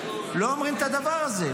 לא אומרים את הדבר הזה.